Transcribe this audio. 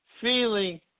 feeling